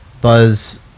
Buzz